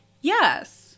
Yes